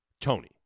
Tony